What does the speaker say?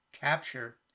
capture